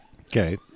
Okay